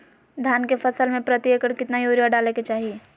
धान के फसल में प्रति एकड़ कितना यूरिया डाले के चाहि?